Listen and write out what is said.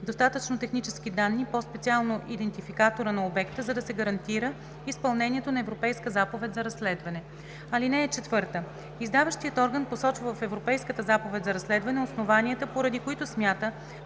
достатъчно технически данни, по-специално идентификатора на обекта, за да се гарантира изпълнението на Европейска заповед за разследване. (4) Издаващият орган посочва в Европейската заповед за разследване основанията, поради които смята,